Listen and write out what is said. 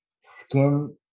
skin